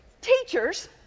Teachers